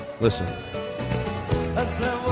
Listen